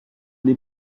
n’ai